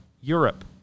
Europe